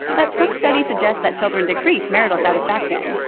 but some studies suggest that children decrease marital satisfaction.